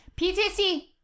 PTC